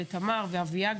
לתמר ולאביה,